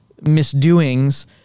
misdoings